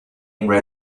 name